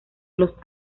los